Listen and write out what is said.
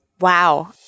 Wow